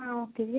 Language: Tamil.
ஆ ஓகே